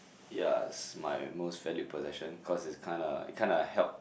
ya it's my most valued possession cause it's kind a kind a help